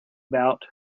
about